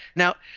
now,